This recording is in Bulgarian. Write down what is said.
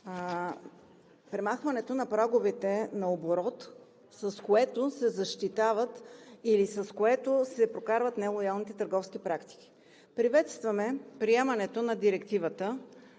премахването на праговете на оборот, с което се защитават или с което се прокарват нелоялните търговски практики. Приветстваме приемането на Директивата,